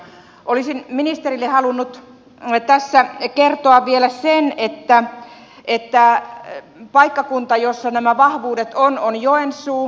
olisin ministerille halunnut tässä kertoa vielä sen että paikkakunta jolla nämä vahvuudet on on joensuu